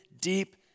deep